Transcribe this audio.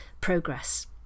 progress